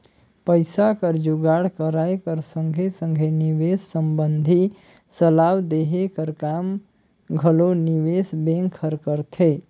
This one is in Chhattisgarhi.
पइसा कर जुगाड़ कराए कर संघे संघे निवेस संबंधी सलाव देहे कर काम घलो निवेस बेंक हर करथे